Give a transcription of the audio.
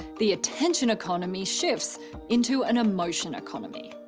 the attention economy shifts into an emotion economy.